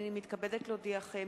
הנני מתכבדת להודיעכם,